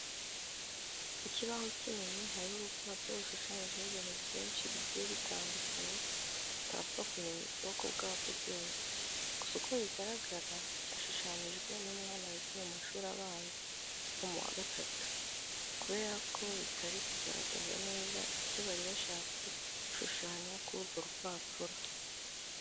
Ku kibaho kinini hariho urupapuro rushushanyijeho ibintu byinshi bigiye bitandukanye utapfa kumenya ubwoko bwabyo byose. Gusa uko bigaragara byashushanyijwe n'umwana wiga mu mashuri abanza nko mu wa gatatu kubera ko bitari kugaragaza neza icyo bari bashatse gushushanya kuri urwo rupapuro.